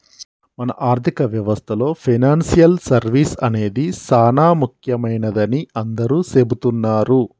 మన ఆర్థిక వ్యవస్థలో పెనాన్సియల్ సర్వీస్ అనేది సానా ముఖ్యమైనదని అందరూ సెబుతున్నారు